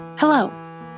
Hello